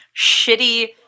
shitty